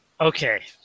Okay